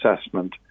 assessment